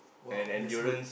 !wow! that's good